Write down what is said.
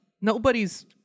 nobody's